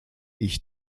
ich